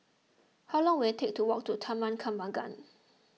how long will take to walk to Taman Kembangan